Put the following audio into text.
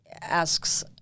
asks